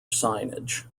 signage